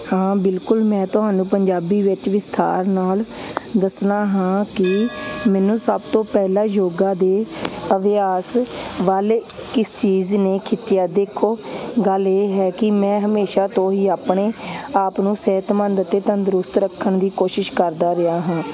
ਹਾਂ ਬਿਲਕੁਲ ਮੈਂ ਤੁਹਾਨੂੰ ਪੰਜਾਬੀ ਵਿੱਚ ਵਿਸਥਾਰ ਨਾਲ ਦੱਸਣਾ ਹਾਂ ਕਿ ਮੈਨੂੰ ਸਭ ਤੋਂ ਪਹਿਲਾਂ ਯੋਗਾ ਦੇ ਅਭਿਆਸ ਵੱਲ ਕਿਸ ਚੀਜ਼ ਨੇ ਖਿੱਚਿਆ ਦੇਖੋ ਗੱਲ ਇਹ ਹੈ ਕਿ ਮੈਂ ਹਮੇਸ਼ਾ ਤੋਂ ਹੀ ਆਪਣੇ ਆਪ ਨੂੰ ਸਿਹਤਮੰਦ ਅਤੇ ਤੰਦਰੁਸਤ ਰੱਖਣ ਦੀ ਕੋਸ਼ਿਸ਼ ਕਰਦਾ ਰਿਹਾ ਹਾਂ